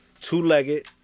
Two-legged